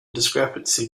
discrepancy